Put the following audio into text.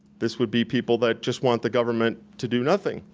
this would be people that just want the government to do nothing.